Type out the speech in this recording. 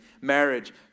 marriage